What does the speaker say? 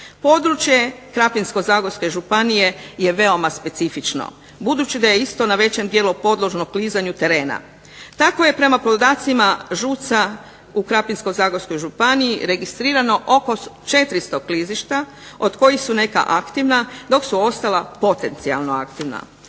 Područje Krapinsko-zagorske županije je veoma specifično, budući da je isto na većem dijelu podložno klizanju terena. Tako je prema podacima ŽUC-a u Krapinsko-zagorskoj županiji registrirano oko 400 klizišta od kojih su neka aktivna a neka potencijalno aktivna.